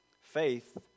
Faith